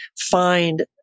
find